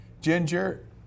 Ginger